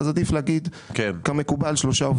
אז עדיף להגיד כמקובל שלושה עובדי המשרד.